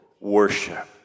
worship